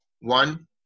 One